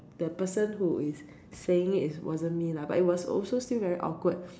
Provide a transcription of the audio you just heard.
the person who is saying it is wasn't me lah but it was also still very awkward